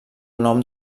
nom